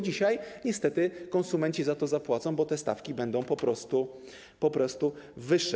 Dzisiaj niestety konsumenci za to zapłacą, bo te stawki będą po prostu wyższe.